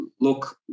look